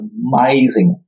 amazing